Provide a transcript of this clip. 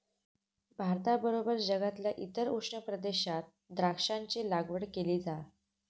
भारताबरोबर जगातल्या इतर उष्ण प्रदेशात द्राक्षांची लागवड केली जा